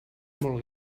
molt